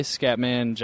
Scatman